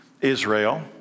Israel